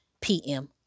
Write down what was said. PM